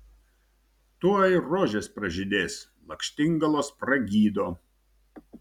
tuoj rožės pražydės lakštingalos pragydo